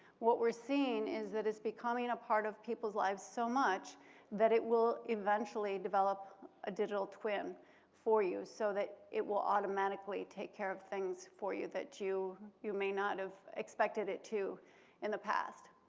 what we're seeing is that it's becoming a part of people's lives so much that it will eventually develop a digital twin for you, so that it will automatically take care of things for you that you you may not have expected it to in the past.